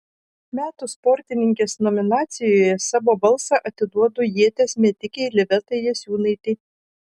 metų sportininkės nominacijoje savo balsą atiduodu ieties metikei livetai jasiūnaitei